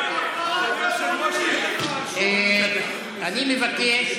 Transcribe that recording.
הפרת אמונים --- אני מבקש,